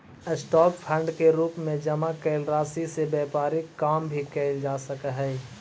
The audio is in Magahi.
स्टॉक फंड के रूप में जमा कैल राशि से व्यापारिक काम भी कैल जा सकऽ हई